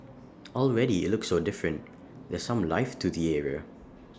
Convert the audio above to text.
already IT looks so different there's some life to the area